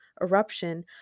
eruption